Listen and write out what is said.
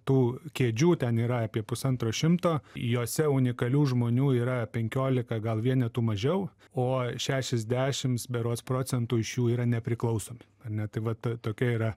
tų kėdžių ten yra apie pusantro šimto jose unikalių žmonių yra penkiolika gal vienetų mažiau o šešiasdešims berods procentų iš jų yra nepriklausomi ar ne tai vat tokia yra